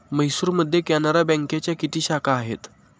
म्हैसूरमध्ये कॅनरा बँकेच्या किती शाखा आहेत?